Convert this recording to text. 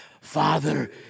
father